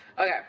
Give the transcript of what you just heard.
Okay